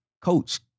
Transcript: coach